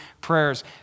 prayers